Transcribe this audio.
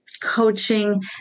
coaching